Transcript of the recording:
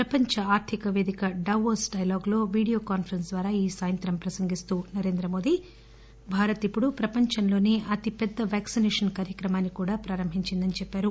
ప్రపంచ ఆర్థిక వేదిక దావోస్ డైలాగులు వీడియో కాన్ఫరెన్స్ ద్వారా ఈ సాయంత్రం ప్రసంగిస్తూ నరేంద్ర మోదీ భారత్ ణప్పుడు ప్రపంచంలోసే అతిపెద్ద వ్యాక్సినేషన్ కార్యక్రమాన్ని కూడా ప్రారంభించిందని చెప్పారు